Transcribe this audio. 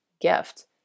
gift